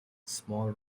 small